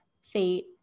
fate